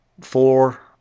four